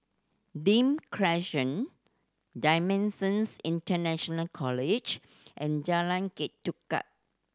Nim Crescent Dimensions International College and Jalan Ketuka